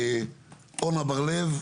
אורנה בר לב,